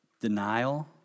denial